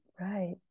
right